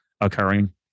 occurring